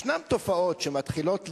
ישנן תופעות שמתחילות להיות,